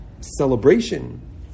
celebration